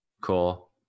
Cool